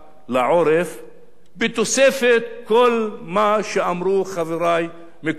בתוספת כל מה שאמרו חברי קודם לכן,